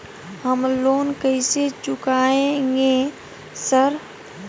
हम लोन कैसे चुकाएंगे सर?